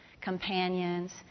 companions